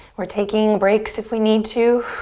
we're taking breaks if we need to.